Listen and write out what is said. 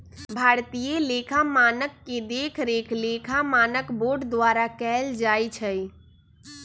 भारतीय लेखा मानक के देखरेख लेखा मानक बोर्ड द्वारा कएल जाइ छइ